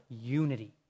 unity